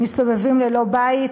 מסתובבים ללא בית,